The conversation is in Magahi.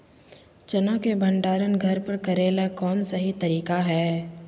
चना के भंडारण घर पर करेले कौन सही तरीका है?